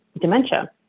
dementia